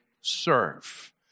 serve